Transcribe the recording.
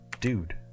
Dude